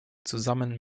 zusammen